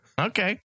Okay